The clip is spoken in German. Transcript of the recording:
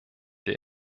der